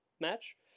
match